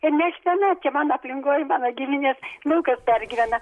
ir ne aš viena čia mano aplinkoj mano giminės daug kas pergyvena